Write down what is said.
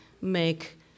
make